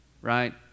Right